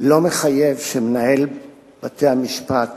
לא מחייב שמנהל בתי-המשפט